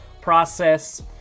process